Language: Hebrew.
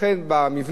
המוסד החינוכי,